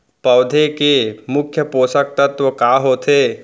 पौधे के मुख्य पोसक तत्व का होथे?